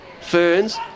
Ferns